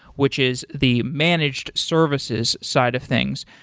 which is the managed services side of things.